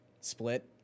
split